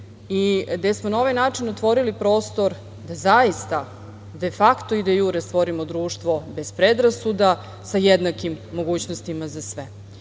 I gde smo na ovaj način otvorili prostor zaista defakto i dejure, da stvorimo društvo bez predrasuda sa jednakim mogućnostima za sve.I